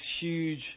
huge